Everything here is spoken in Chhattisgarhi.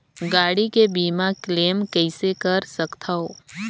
गाड़ी के बीमा क्लेम कइसे कर सकथव?